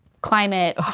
climate